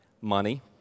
Money